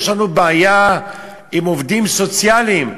יש לנו בעיה עם עובדים סוציאליים.